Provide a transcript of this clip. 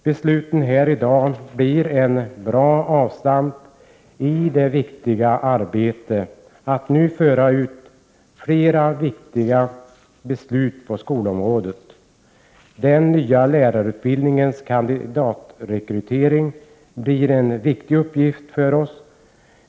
Besluten här i dag blir ett bra avstamp i arbetet att nu föra ut flera viktiga beslut på skolområdet. Den nya lärarutbildningens kandidatrekrytering blir en viktig uppgift för oss.